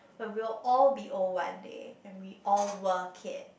but we will all be old one day and we all work it